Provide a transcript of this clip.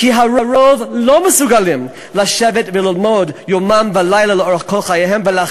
כי הרוב לא מסוגלים לשבת וללמוד יומם ולילה לאורך כל ימי חייהם.